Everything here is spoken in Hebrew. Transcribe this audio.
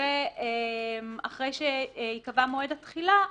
אחרי שייקבע מועד התחילה,